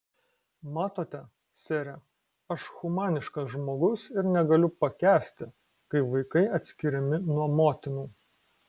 matote sere aš humaniškas žmogus ir negaliu pakęsti kai vaikai atskiriami nuo motinų